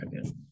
again